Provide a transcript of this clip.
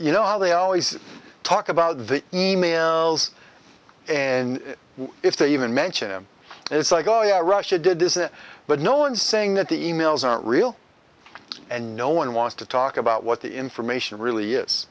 you know how they always talk about the e mail and if they even mention him it's like oh yeah russia did this it but no one's saying that the emails aren't real and no one wants to talk about what the information really is